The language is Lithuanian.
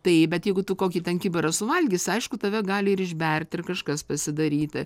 tai bet jeigu tu kokį ten kibirą suvalgysi aišku tave gali ir išberti ir kažkas pasidaryti